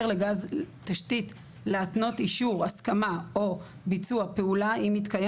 לגז תשתית להתנות אישור הסכמה או ביצוע פעולה אם התקיים